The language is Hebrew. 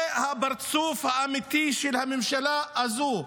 זה הפרצוף האמיתי של הממשלה הזו.